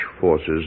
forces